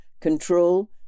Control-